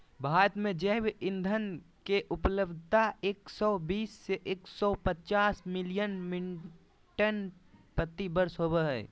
भारत में जैव ईंधन के उपलब्धता एक सौ बीस से एक सौ पचास मिलियन मिट्रिक टन प्रति वर्ष होबो हई